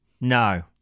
No